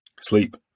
sleep